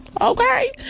okay